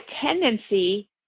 tendency